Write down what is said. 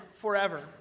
forever